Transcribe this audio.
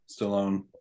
Stallone